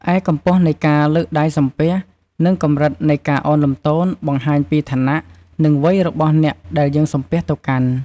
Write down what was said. ឯកម្ពស់នៃការលើកដៃសំពះ និងកម្រិតនៃការឱនលំទោន បង្ហាញពីឋានៈ និងវ័យរបស់អ្នកដែលយើងសំពះទៅកាន់។